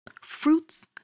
Fruits